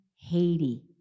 Haiti